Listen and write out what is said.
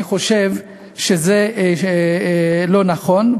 אני חושב שזה לא נכון,